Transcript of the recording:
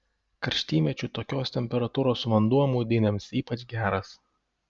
karštymečiu tokios temperatūros vanduo maudynėms ypač geras